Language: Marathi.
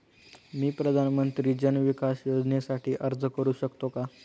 मी प्रधानमंत्री जन विकास योजनेसाठी अर्ज करू शकतो का?